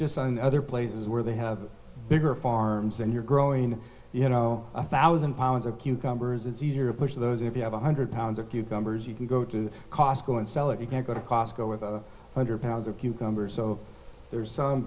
just one other places where they have bigger farms and you're growing you know about thousand pounds a cucumber is easier to push those if you have a hundred pounds or cucumbers you can go to costco and sell it you can go to costco with a hundred pounds or cucumber so there's some